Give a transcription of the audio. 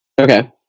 Okay